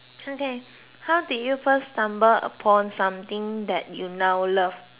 okay how did you first stumble upon something that you now love